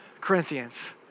Corinthians